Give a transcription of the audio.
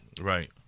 Right